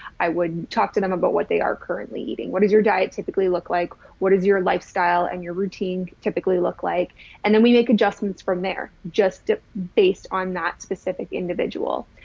i wouldn't talk to them about what they are currently eating. what does your diet typically look like? what is your lifestyle and your routine typically look like and then we make adjustments from there just ah based on that specific individual.